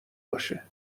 باشه